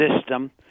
system